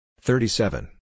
Thirty-seven